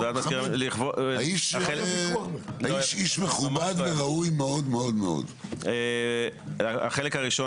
האיש איש איש מכובד וראוי מאוד מאוד מאוד החלק הראשון